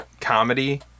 comedy